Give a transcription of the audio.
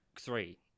Three